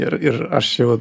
ir ir aš jau